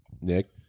Nick